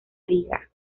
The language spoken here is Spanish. liga